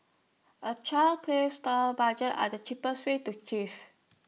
A clear store budget are the cheapest way to chief